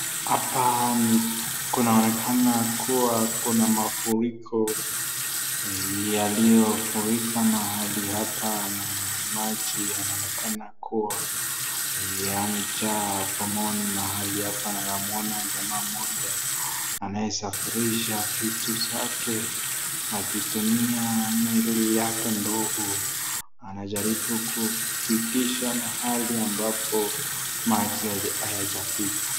Hapaa, ni kunaonekana kuwa kuna mafuriko yaliyo furika mahali hapa. Na maji yanaonekana kuwa yamejaa pomoni mahali hapa, na namuona jamaa mmoja anayesafirisha vitu zake akitumia meli yake ndogo. Anajaribu kufikisha mahali ambapo maji hayajafika.